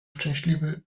szczęśliwy